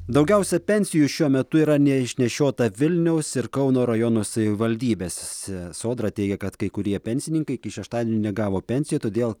daugiausiai pensijų šiuo metu yra neišnešiota vilniaus ir kauno rajono savivaldybėse sodra teigia kad kai kurie pensininkai iki šeštadienio negavo pensijų todėl